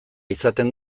izaten